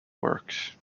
work